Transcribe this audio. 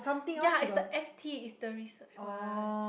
ya it's the F_T it's the research one